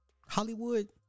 Hollywood